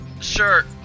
Sure